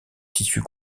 tissu